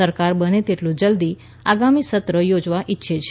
સરકારે બને તેટલુ જલ્દી આગામી સત્ર યોજના ઇચ્છે છે